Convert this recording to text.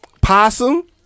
possum